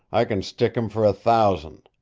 i can stick him for a thousand.